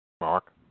Mark